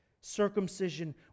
Circumcision